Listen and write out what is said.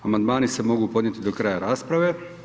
Amandmani se mogu podnijeti do kraja rasprave.